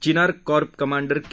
चिनार corps commander के